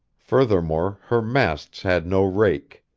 furthermore, her masts had no rake.